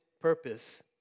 purpose